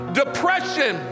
depression